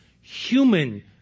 human